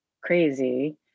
crazy